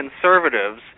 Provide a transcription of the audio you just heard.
conservatives